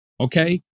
Okay